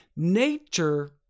Nature